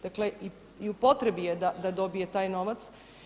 Dakle i u potrebi je da dobije taj novac.